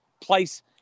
place